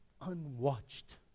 unwatched